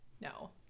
no